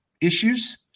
issues